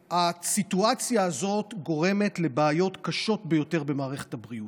והסיטואציה הזאת גורמת לבעיות קשות ביותר במערכת הבריאות.